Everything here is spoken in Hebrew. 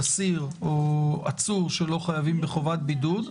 אסיר או עצור שלא חייב בחובת בידוד,